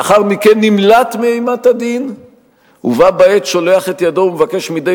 ולאחר מכן נמלט מאימת הדין ובה בעת שולח את ידו ומבקש מדי